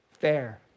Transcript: Fair